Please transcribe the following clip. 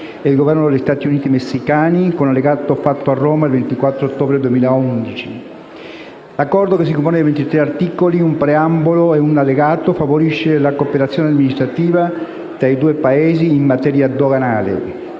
ed il Governo degli Stati uniti messicani, con allegato, fatto a Roma il 24 ottobre 2011. L'Accordo, che si compone di 23 articoli, un preambolo e un allegato, favorisce la cooperazione amministrativa tra i due Paesi in materia doganale